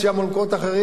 מול מקומות אחרים,